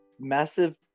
massive